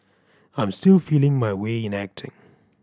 I'm still feeling my way in acting